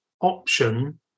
option